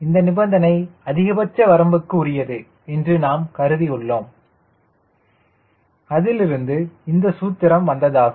இந்த நிபந்தனை அதிகபட்ச வரம்புக்கு உரியது என்று நாம் கருதி உள்ளோம் CLCDOK அதிலிருந்து இந்த சூத்திரம் வந்ததாகும்